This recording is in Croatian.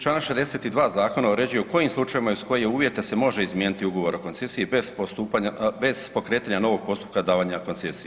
Čl. 62. zakona, uređuje u kojim slučajevima i uz koje uvjete se može izmijeniti ugovor o koncesiji bez pokretanja novog postupka davanja koncesije.